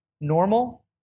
Normal